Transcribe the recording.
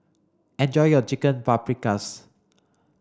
enjoy your Chicken Paprikas